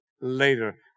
later